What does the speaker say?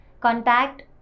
contact